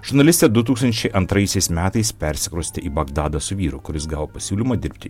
žurnalistė du tūkstančiai antraisiais metais persikraustė į bagdadą su vyru kuris gavo pasiūlymą dirbti